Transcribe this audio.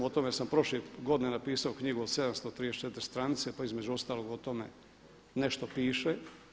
O tome sam prošle godine napisao knjigu od 734 stranice, pa između ostalog o tome nešto piše.